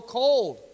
cold